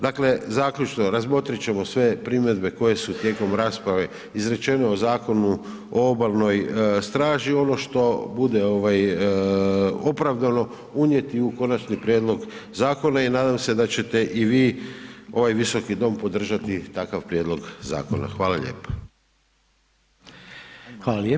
Dakle zaključno, razmotrit ćemo sve primjedbe koje su tijekom rasprave izrečene u Zakonu o Obalnoj straži ono što bude opravdano unijet u konačni prijedlog zakona i nadam se da ćete i vi, ovaj Visoki dom podržati takav prijedlog zakona, hvala lijepo.